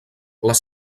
les